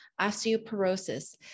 osteoporosis